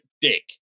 dick